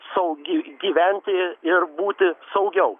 saugi gyventi ir būti saugiau